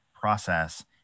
process